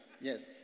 Yes